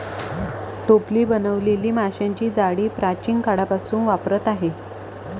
टोपली बनवलेली माशांची जाळी प्राचीन काळापासून वापरात आहे